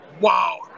wow